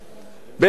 באילת,